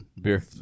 Beer